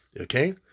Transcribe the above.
Okay